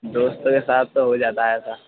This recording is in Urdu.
دوستوں کے ساتھ تو ہو جاتا ہے ایسا